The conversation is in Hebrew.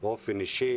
ובאופן אישי